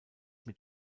mit